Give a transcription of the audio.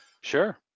Sure